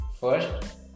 first